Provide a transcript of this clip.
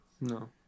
no